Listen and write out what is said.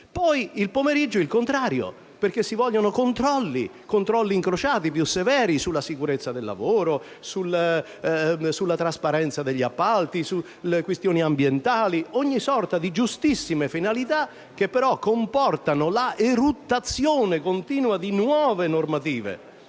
Il pomeriggio avviene il contrario, perché si vogliono controlli, anche incrociati e più severi (sulla sicurezza del lavoro, sulla trasparenza degli appalti, sulle questioni ambientali): ogni sorta di giustissime finalità, che però comportano la eruttazione continua di nuove normative.